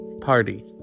Party